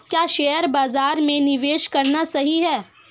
क्या शेयर बाज़ार में निवेश करना सही है?